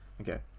Okay